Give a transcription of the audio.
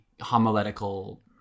homiletical